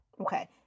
Okay